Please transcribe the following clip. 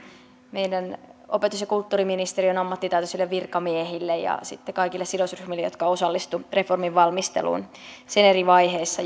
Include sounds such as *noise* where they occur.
meidän opetus ja kulttuuriministeriön ammattitaitoisille virkamiehille ja kaikille sidosryhmille jotka osallistuivat reformin valmisteluun sen eri vaiheissa *unintelligible*